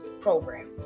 program